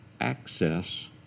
access